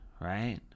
right